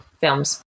films